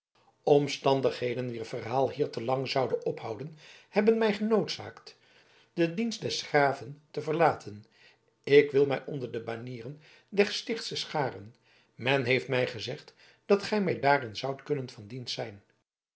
omstandigheden wier verhaal hier te lang zoude ophouden hebben mij genoodzaakt den dienst des graven te verlaten ik wil mij onder de banieren der stichtschen scharen men heeft mij gezegd dat gij mij daarin zoudt kunnen van dienst zijn